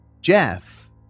Jeff